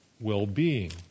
well-being